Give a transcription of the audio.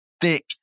thick